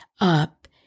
up